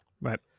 Right